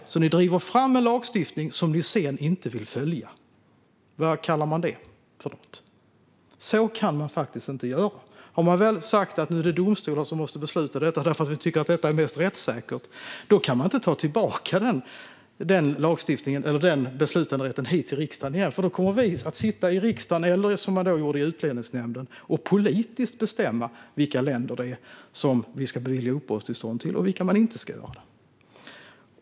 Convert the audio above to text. Ni driver fram en lagstiftning som ni sedan inte vill följa. Vad kallar man det? Så kan man faktiskt inte göra. Har man väl sagt att det måste vara domstolar som beslutar detta därför att det blir mest rättssäkert kan man inte ta tillbaka den beslutanderätten till riksdagen igen. Då kommer vi att sitta i riksdagen, som man gjorde i Utlänningsnämnden förr, och politiskt bestämma vilka länders flyktingar vi ska bevilja uppehållstillstånd och inte.